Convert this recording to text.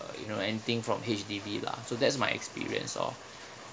you know anything from H_D_B lah so that's my experience lor